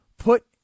Put